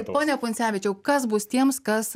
pone puncevičiau kas bus tiems kas